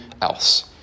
else